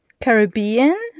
Caribbean